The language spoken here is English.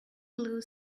blue